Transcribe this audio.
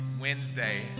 Wednesday